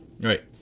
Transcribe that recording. right